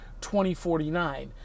2049